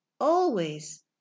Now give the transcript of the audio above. always